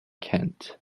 kent